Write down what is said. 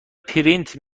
پرینت